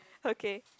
okay